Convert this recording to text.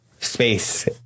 space